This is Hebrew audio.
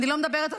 לא היית מתפטרת,